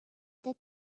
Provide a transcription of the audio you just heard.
that